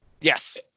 Yes